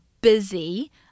busy